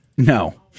No